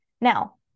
Now